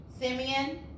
Simeon